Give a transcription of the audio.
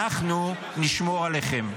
אנחנו נשמור עליכם.